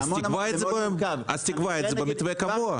אז תקבע את זה כמתווה קבוע.